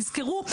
תזכרו,